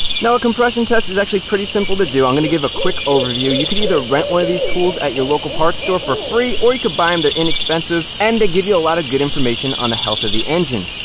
now a compression test is actually pretty simple to do. i'm going to give a quick overview. you could either rent one of these tools at your local parts store for free or you could buy them, um they're inexpensive, and they give you a lot of information on the health of the engine.